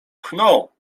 pchną